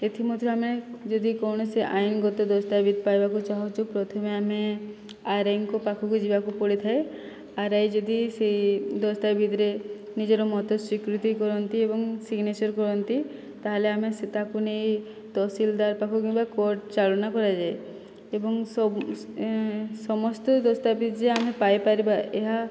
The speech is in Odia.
ଏଥିମଧ୍ୟରୁ ଆମେ ଯଦି କୌଣସି ଆଇନ୍ ଗତ ଦସ୍ତାବିଜ ପାଇବାକୁ ଚାହୁଁଛୁ ପ୍ରଥମେ ଆମେ ଆର୍ଆଇଙ୍କ ପାଖକୁ ଯିବାକୁ ପଡ଼ିଥାଏ ଆର୍ଆଇ ଯଦି ସେହି ଦସ୍ତାବିଜରେ ନିଜର ମତ ସ୍ୱୀକୃତି କରନ୍ତି ଏବଂ ସିଗ୍ନେଚର କରନ୍ତି ତା'ହେଲେ ଆମେ ସେ ତାକୁ ନେଇ ତହସିଲଦାର ପାଖକୁ କିମ୍ବା କୋର୍ଟ ଚାଳନା କରାଯାଏ ଏବଂ ସମସ୍ତେ ଦସ୍ତାବିଜ ଆମେ ପାଇପାରିବା ଏହା